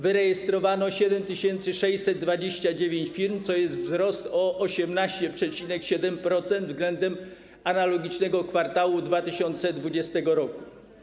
Wyrejestrowano 7629 firm, to jest wzrost o 18,7% względem analogicznego kwartału 2020 r.